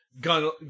gun